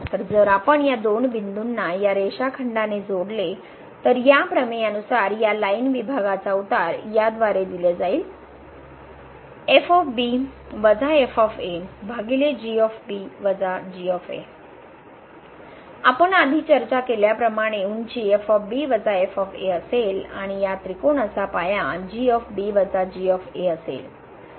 तर जर आपण या दोन बिंदूंना या रेषाखंडाने जोडले तर ह्या प्रमेयानुसार या लाइन विभागाचा उतार याद्वारे दिले जाईल आपण आधी चर्चा केल्याप्रमाणे उंची असेल आणि या त्रिकोणाचा पाया असेल